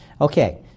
Okay